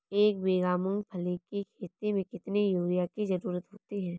एक बीघा मूंगफली की खेती में कितनी यूरिया की ज़रुरत होती है?